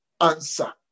answer